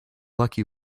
lucky